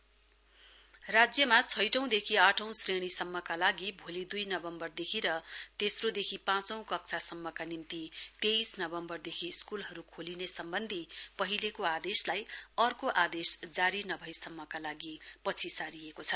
circular education राज्यमा छैटौदेखि अठौं श्रेणीसम्मका लागि भोलि दुई नवम्बरदेखि र तेस्रोदेखि पाँचौ कक्षासम्मका निम्ति तेइस नवम्वरदेखि स्कूलहरू खोलिने सम्बन्धी पहिलेको आदेसलाई अर्को आदेश जारी नभएसम्मका लागि पछि सारिएको छ